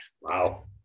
Wow